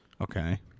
Okay